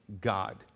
God